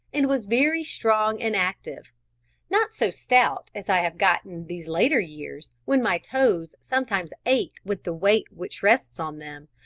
and was very strong and active not so stout as i have got in these later years, when my toes sometimes ache with the weight which rests on them,